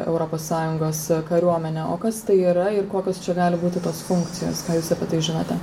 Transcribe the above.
europos sąjungos kariuomenė o kas tai yra ir kokios čia gali būti tos funkcijos ką jūs apie tai žinote